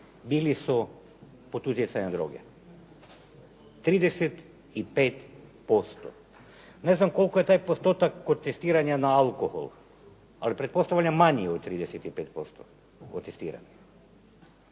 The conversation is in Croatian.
bili su pod utjecajem droge. Ne znam koliko je taj postotak kod testiranja na alkohol, ali pretpostavljam manji od 35%. Ovaj